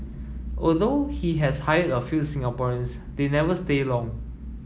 although he has hired a few Singaporeans they never stay long